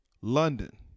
London